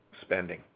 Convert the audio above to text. spending